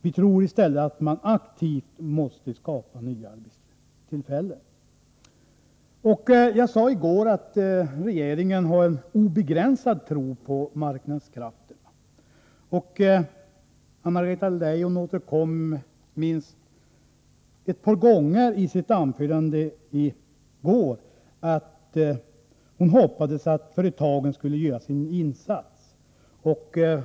Vi tror i stället att man aktivt måste skapa nya arbetstillfällen. Jag sade i går att regeringen har en obegränsad tro på marknadskrafterna. Anna-Greta Leijon nämnde ett par gånger i sitt anförande i går att hon hoppas att företagen skall göra sina insatser.